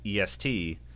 EST